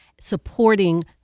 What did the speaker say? supporting